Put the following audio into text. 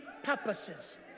purposes